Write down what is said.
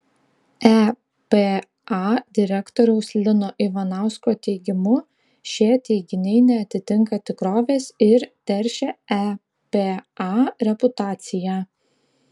epa direktoriaus lino ivanausko teigimu šie teiginiai neatitinka tikrovės ir teršia epa reputaciją